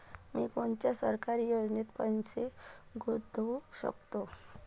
मी कोनच्या सरकारी योजनेत पैसा गुतवू शकतो?